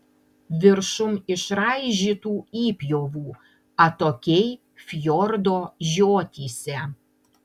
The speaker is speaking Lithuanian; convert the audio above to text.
viršum išraižytų įpjovų atokiai fjordo žiotyse